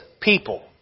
people